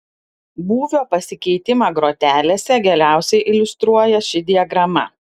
būvio pasikeitimą grotelėse geriausiai iliustruoja ši diagrama